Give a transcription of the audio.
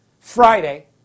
Friday